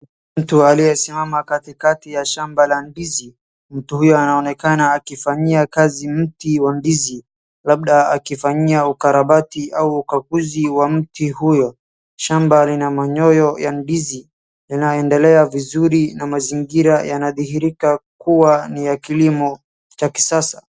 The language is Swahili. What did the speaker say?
Mtu aliyesimama katikati ya shamba la ndizi. Mtu huyo anaonekana akifanyia kazi mti wa ndizi labda akifanyia ukarabati au ukaguzi wa mti huyo. Shamba lina manyoyo ya ndizi inaendelea vizuri na mazingira yanathihirika kuwa ni ya kilimo cha kisasa.